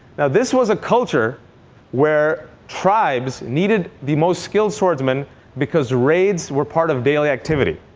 now this was a culture where tribes needed the most skilled swordsman because raids were part of daily activity.